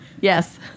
Yes